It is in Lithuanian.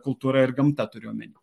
kultūra ir gamta turiu omeny